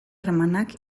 harremanak